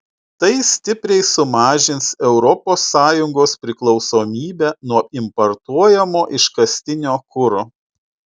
tai stipriai sumažins europos sąjungos priklausomybę nuo importuojamo iškastinio kuro